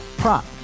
prop